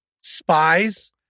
Spies